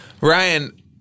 Ryan